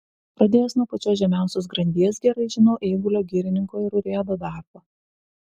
pradėjęs nuo pačios žemiausios grandies gerai žinau eigulio girininko ir urėdo darbą